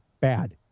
bad